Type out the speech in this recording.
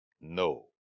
No